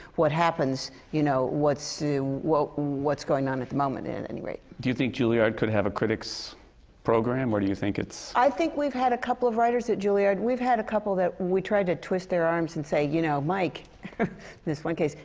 what happens you know, what's what what's going on at the moment, in any rate. do you think juilliard could have a critic's program? or do you think it's i think we've had a couple of writers at juilliard. we've had a couple that, we've tried to twist their arms and say, you know, mike. in this one case.